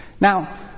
Now